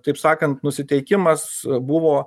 taip sakant nusiteikimas buvo